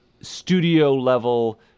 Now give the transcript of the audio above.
studio-level